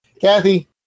kathy